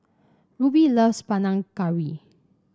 Rubie loves Panang Curry